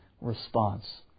response